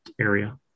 area